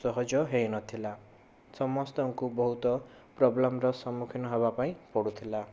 ସହଜ ହୋଇନଥିଲା ସମସ୍ତଙ୍କୁ ବହୁତ ପ୍ରବ୍ଲେମର ସମ୍ମୁଖୀନ ହେବା ପାଇଁ ପଡ଼ୁଥିଲା